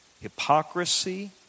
hypocrisy